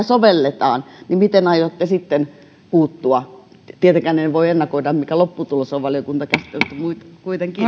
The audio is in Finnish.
sovelletaan niin miten aiotte sitten puuttua tietenkään en voi ennakoida mikä lopputulos on valiokuntakäsittelyssä mutta kuitenkin